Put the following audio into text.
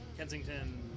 Kensington